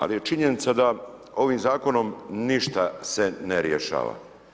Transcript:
Ali je činjenica da ovim zakonom ništa se ne rješava.